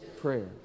prayer